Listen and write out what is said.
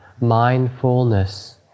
mindfulness